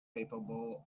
capable